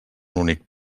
únic